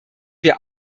wir